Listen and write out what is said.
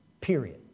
period